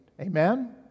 Amen